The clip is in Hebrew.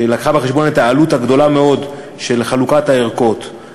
שהביאה בחשבון את העלות הגדולה מאוד של חלוקת הערכות,